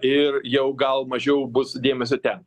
ir jau gal mažiau bus dėmesio ten